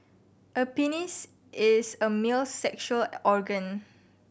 a penis is a male's sexual organ